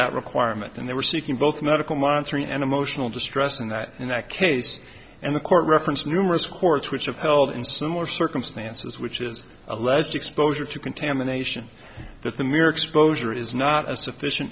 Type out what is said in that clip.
that requirement and they were seeking both medical monitoring and emotional distress and that in that case and the court referenced numerous courts which have held in similar circumstances which is alleged exposure to contamination that the mere exposure is not a sufficient